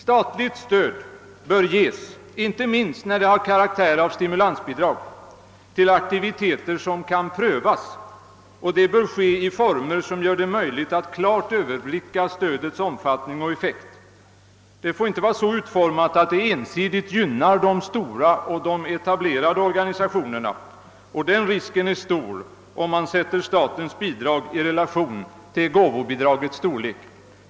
Statligt stöd bör ges — inte minst när det har karaktär av stimulansbidrag — till aktiviteter som kan prövas, och det bör ske i former som gör det möjligt att klart överblicka stödets omfattning och effekt. Det får inte var så utformat, att det ensidigt gynnar de stora och väletablerade organisationerna. Den risken är stor om man sätter statens bidrag i relation till gåvobidragets storlek.